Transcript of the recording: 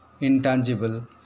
intangible